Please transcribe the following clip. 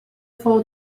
fou